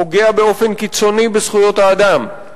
פוגע באופן קיצוני בזכויות האדם,